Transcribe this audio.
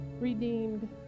redeemed